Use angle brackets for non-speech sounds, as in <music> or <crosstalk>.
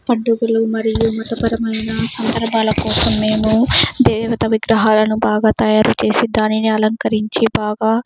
పండుగలు మరియు మతపరమైన <unintelligible> మేము దేవతా విగ్రహాలను బాగా తయారు చేసి దానిని అలంకరించి బాగా